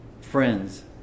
friends